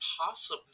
possible